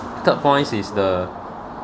third points is the